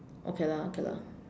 okay lah okay lah